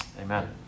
amen